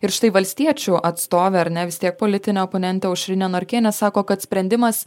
ir štai valstiečių atstovė ar ne vis tiek politinė oponentė aušrinė norkienė sako kad sprendimas